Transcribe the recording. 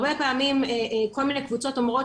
הרבה פעמים כל מיני קבוצות אומרות,